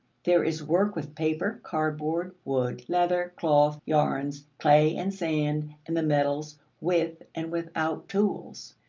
there is work with paper, cardboard, wood, leather, cloth, yarns, clay and sand, and the metals, with and without tools.